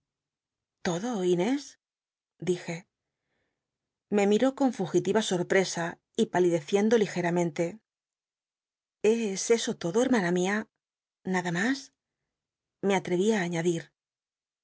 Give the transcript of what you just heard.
todo inés dije me miró con fugitiva sorpresa y palideciendo ligcmmenle es eso todo hermana mia nada mas me atreví rí